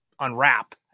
unwrap